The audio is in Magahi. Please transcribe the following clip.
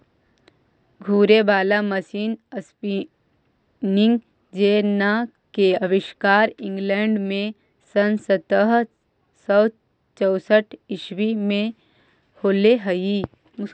घूरे वाला मशीन स्पीनिंग जेना के आविष्कार इंग्लैंड में सन् सत्रह सौ चौसठ ईसवी में होले हलई